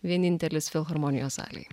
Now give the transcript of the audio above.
vienintelis filharmonijos salėje